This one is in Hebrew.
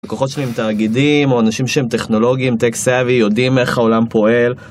לקוחות שלי הם תאגידים, או אנשים שהם טכנולוגיים, טקס סבי, יודעים איך העולם פועל.